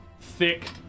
thick